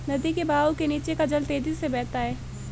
नदी के बहाव के नीचे का जल तेजी से बहता है